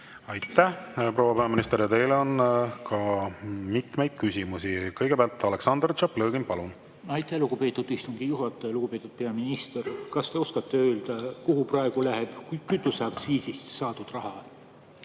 Aitäh, proua peaminister! Teile on ka mitmeid küsimusi. Kõigepealt Aleksandr Tšaplõgin, palun! Aitäh, lugupeetud istungi juhataja! Lugupeetud peaminister! Kas te oskate öelda, kuhu praegu läheb kütuseaktsiisist saadud raha?